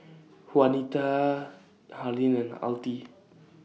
Juanita Harlene and Altie